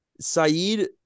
Saeed